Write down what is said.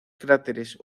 cráteres